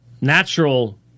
natural